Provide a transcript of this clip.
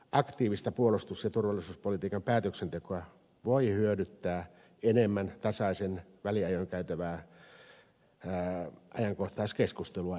aktiivista puolustus ja turvallisuuspolitiikan päätöksentekoa voi enemmän hyödyttää esimerkiksi tasaisin väliajoin käytävä ajankohtaiskeskustelu